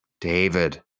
David